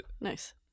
Nice